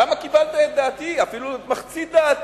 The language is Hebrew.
למה קיבלת את דעתי, אפילו את מחצית דעתי,